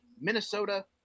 Minnesota